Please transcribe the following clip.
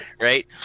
Right